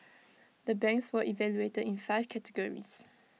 the banks were evaluated in five categories